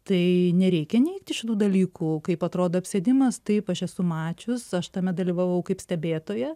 tai nereikia neigti šitų dalykų kaip atrodo apsėdimas taip aš esu mačius aš tame dalyvavau kaip stebėtoja